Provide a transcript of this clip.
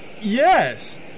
yes